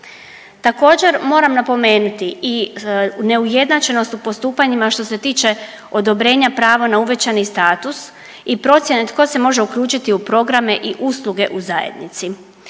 Također, moram napomenuti i neujednačenost u postupanjima što se tiče odobrenja pravo na uvećani status i procjene tko se može uključiti u programe i usluge u zajednici.